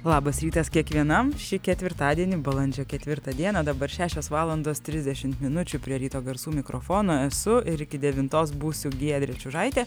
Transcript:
labas rytas kiekvienam šį ketvirtadienį balandžio ketvirtą dieną dabar šešios valandos trisdešimt minučių prie ryto garsų mikrofono esu ir iki devintos būsiu giedrė čiužaitė